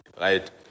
right